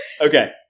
Okay